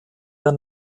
der